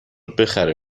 بخره